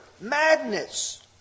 madness